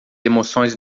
emoções